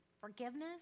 forgiveness